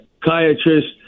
psychiatrist